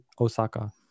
Osaka